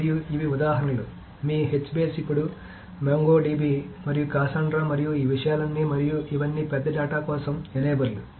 మరియు ఇవి ఉదాహరణలు మీ H బేస్ అప్పుడు మొంగో DB మరియు కసాండ్రా మరియు ఈ విషయాలన్నీ మరియు ఇవన్నీ పెద్ద డేటా కోసం ఎనేబర్లు